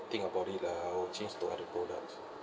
think about it lah I'll change to other products